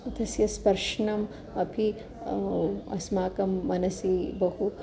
तस्य स्पर्शनम् अपि अस्माकं मनसि बहु